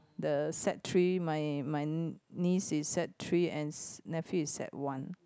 the Sec-Three my my niece is Sec-Three and nephew is sec-one